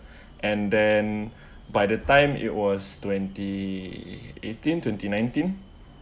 and then by the time it was twenty eighteen twenty nineteen